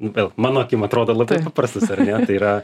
vėl mano akim atrodo labai prastas ar ne tai yra